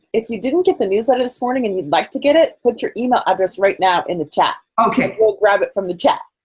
if you didn't get the newsletter this morning and you'd like to get it, put your email address right now in the chat. ok. we'll grab it from the chat.